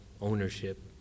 ownership